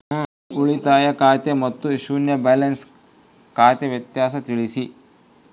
ಉಳಿತಾಯ ಖಾತೆ ಮತ್ತೆ ಶೂನ್ಯ ಬ್ಯಾಲೆನ್ಸ್ ಖಾತೆ ವ್ಯತ್ಯಾಸ ತಿಳಿಸಿ?